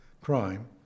crime